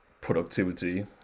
productivity